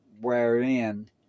wherein